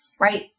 right